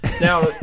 Now